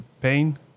pain